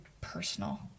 personal